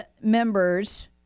members